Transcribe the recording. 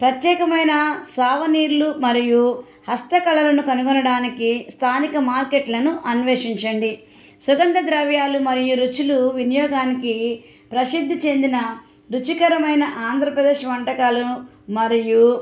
ప్రత్యేకమైన సావనీర్లు మరియు హస్త కళలను కనుగొనడానికి స్థానిక మార్కెట్లను అన్వేషించండి సుగంధ ద్రవ్యాలు మరియు రుచులు వినియోగానికి ప్రసిద్ధి చెందిన రుచికరమైన ఆంధ్రప్రదేశ్ వంటకాలను మరియు